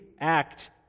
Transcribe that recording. act